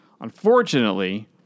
Unfortunately